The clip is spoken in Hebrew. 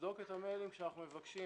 לבדוק את המיילים שאנחנו מבקשים